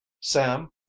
sam